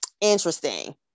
interesting